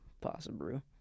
Possible